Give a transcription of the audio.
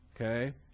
okay